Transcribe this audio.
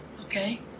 okay